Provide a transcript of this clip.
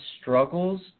struggles